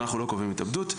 אנחנו לא קובעים התאבדות,